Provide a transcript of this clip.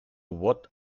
what